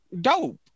Dope